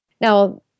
Now